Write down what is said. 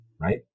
right